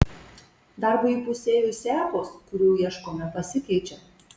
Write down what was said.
darbui įpusėjus sekos kurių ieškome pasikeičia